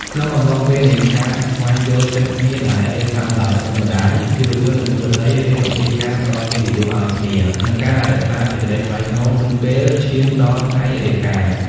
ក្នុងកំឡុងពេលនៃការស្វែងយល់ចិត្តគ្នាដែលរៀបចំដោយឪពុកម្ដាយ យុវជន និងយុវតីរៀនអំពីការផ្ដល់កិត្តិយសឱ្យគ្នា និងការរក្សាសេចក្ដីថ្លៃថ្នូរមុនពេលឈានដល់ថ្ងៃរៀបការ។